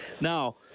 now